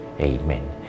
Amen